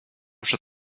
przed